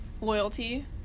loyalty